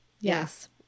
Yes